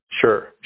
Sure